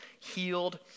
healed